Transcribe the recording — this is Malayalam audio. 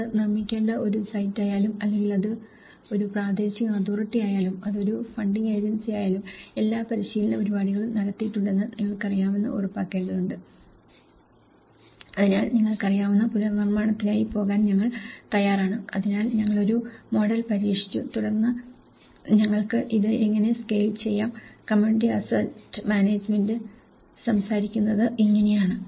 അത് നിർമ്മിക്കേണ്ട ഒരു സൈറ്റായാലും അല്ലെങ്കിൽ അത് ഒരു പ്രാദേശിക അതോറിറ്റിയായാലും അത് ഒരു ഫണ്ടിംഗ് ഏജൻസിയായാലും എല്ലാ പരിശീലന പരിപാടികളും നടത്തിയിട്ടുണ്ടെന്ന് നിങ്ങൾക്കറിയാമെന്ന് ഉറപ്പാക്കേണ്ടതുണ്ട് അതിനാൽ നിങ്ങൾക്കറിയാവുന്ന പുനർനിർമ്മാണത്തിനായി പോകാൻ ഞങ്ങൾ തയ്യാറാണ് അതിനാൽ ഞങ്ങൾ ഒരു മോഡൽ പരീക്ഷിച്ചു തുടർന്ന് ഞങ്ങൾക്ക് ഇത് എങ്ങനെ സ്കെയിൽ ചെയ്യാം കമ്മ്യൂണിറ്റി അസറ്റ് മാനേജ്മെന്റ് സംസാരിക്കുന്നത് ഇങ്ങനെയാണ്